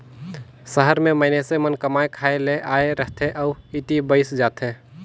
सहर में मइनसे मन कमाए खाए ले आए रहथें अउ इहें बइस जाथें